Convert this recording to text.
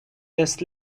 this